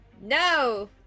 No